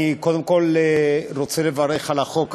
כבוד היושב-ראש, קודם כול, אני רוצה לברך על החוק.